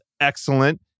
excellent